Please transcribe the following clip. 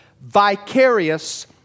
vicarious